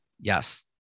Yes